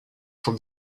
from